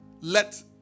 let